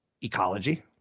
ecology